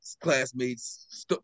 classmates